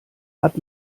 hat